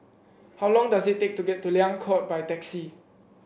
how long does it take to get to Liang Court by taxi